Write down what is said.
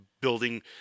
building